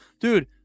Dude